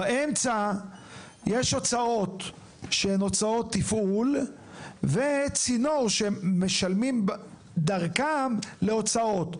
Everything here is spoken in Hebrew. באמצע יש הוצאות שהן הוצאות תפעול וצינור שמשלמים דרכם להוצאות.